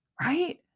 right